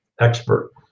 expert